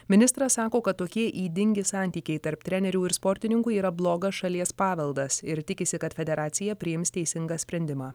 ministras sako kad tokie ydingi santykiai tarp trenerių ir sportininkų yra blogas šalies paveldas ir tikisi kad federacija priims teisingą sprendimą